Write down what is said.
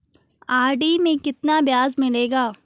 RD में कितना ब्याज मिलेगा?